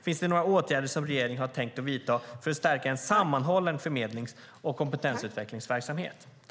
Finns det några åtgärder som regeringen har tänkt vidta för att stärka en sammanhållen förmedlings och kompetensutvecklingsverksamhet?